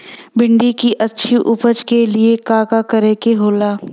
भिंडी की अच्छी उपज के लिए का का करे के होला?